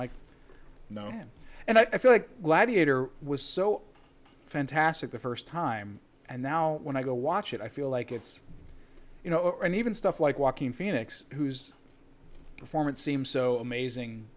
like known and i feel like laddie it was so fantastic the first time and now when i go watch it i feel like it's you know and even stuff like walking phoenix who's performance seems so amazing